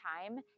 time